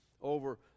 over